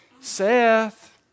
Seth